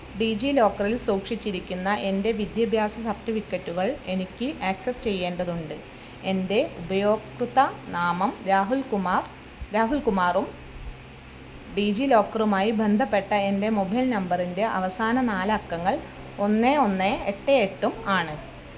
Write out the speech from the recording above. ഡീജിലോക്കറിൽ സൂക്ഷിച്ചിരിക്കുന്ന എന്റെ വിദ്യാഭ്യാസ സർട്ടിഫിക്കറ്റുകൾ എനിക്ക് ആക്സസ് ചെയ്യേണ്ടതുണ്ട് എന്റെ ഉപയോക്തൃ നാമം രാഹുൽ കുമാർ രാഹുല് കുമാറും ഡീജിലോക്കറുമായി ബന്ധപ്പെട്ട എന്റെ മൊഫൈൽ നമ്പറിന്റെ അവസാന നാലക്കങ്ങൾ ഒന്ന് ഒന്ന് എട്ട് എട്ടും ആണ്